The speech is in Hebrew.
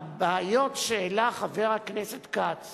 הבעיות שהעלה חבר הכנסת כץ